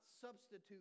substitute